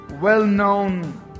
well-known